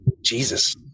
Jesus